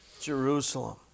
Jerusalem